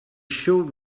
showed